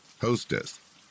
hostess